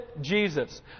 Jesus